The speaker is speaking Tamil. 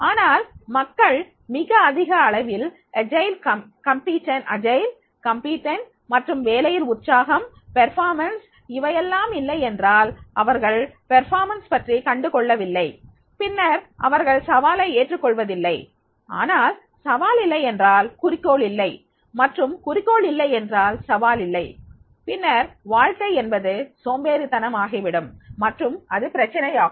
ஆனால் மக்கள் மிக அதிக அளவில் சுறுசுறுப்பு திறமையான மற்றும் வேலையில் உற்சாகம் செயலாற்றுவது இவையெல்லாம் இல்லை என்றால் அவர்கள் செயலாற்றுவது பற்றி கண்டுகொள்ளவில்லை பின்னர் அவர்கள் சவாலை ஏற்றுக் கொள்வதில்லை ஆனால் சவால் இல்லை என்றால் குறிக்கோள் இல்லை மற்றும் குறிக்கோள் இல்லை என்றால் சவால் இல்லை பின்னர் வாழ்க்கை என்பது சோம்பேறித்தனம் ஆகிவிடும் மற்றும் அது பிரச்சனையாகும்